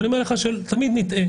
אני אומר לך שתמיד נטעה.